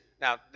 Now